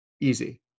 Easy